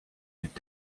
mit